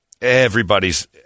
Everybody's